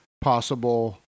possible